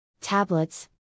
tablets